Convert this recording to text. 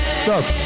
stop